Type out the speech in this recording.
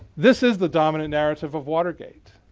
this is the dominant narrative of watergate.